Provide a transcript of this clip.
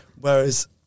Whereas